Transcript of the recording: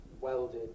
welded